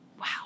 Wow